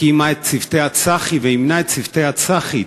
הקימה את צוותי הצח"י ואימנה את צוותי הצח"י,